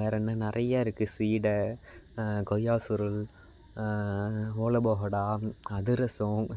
வேறு என்ன நிறைய இருக்குது சீடை கொய்யா சுருள் ஓலை பக்கோடா அதிரசம்